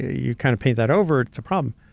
you kind of paint that over, it's a problem.